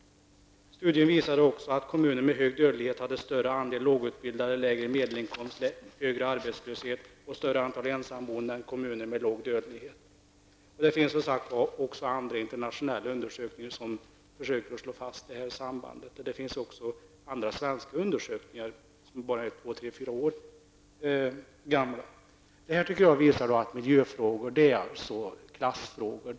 Studien visade också att kommuner med hög dödlighet hade större andel lågutbildade, lägre medelinkomst, högre arbetslöshet och större antal ensamboende än kommuner med låg dödlighet. Det finns som sagt även andra internationella undersökningar som försöker slå fast detta samband, och det finns också på området andra svenska undersökningar, som bara är mellan två och fyra år gamla. Jag tycker att detta visar att miljöfrågor är klassfrågor.